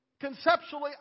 Conceptually